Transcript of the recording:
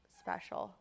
special